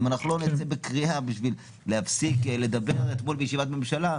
אם אנחנו לא נצא בקריאה בשביל להפסיק לדבר אתמול בישיבת הממשלה,